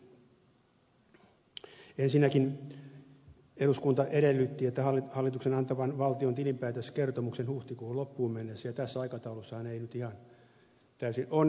ensinnäkin eduskunta edellytti hallituksen antavan valtion tilinpäätöskertomuksen huhtikuun loppuun mennessä ja tässä aikataulussahan ei nyt ihan täysin onnistuttu